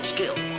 Skill